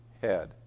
head